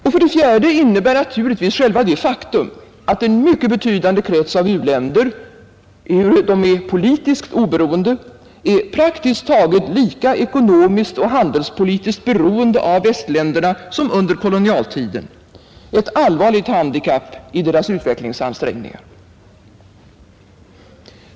Och för det fjärde innebär naturligtvis själva det faktum att en mycket betydande krets av u-länder — ehuru de är politiskt oberoende — är praktiskt taget lika ekonomiskt och handelspolitiskt beroende av västländerna som under kolonialtiden, ett allvarligt handikapp i deras utvecklingsansträngningar.